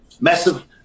massive